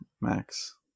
Max